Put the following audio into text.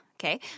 Okay